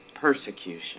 persecution